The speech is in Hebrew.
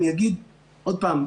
עוד פעם,